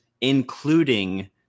including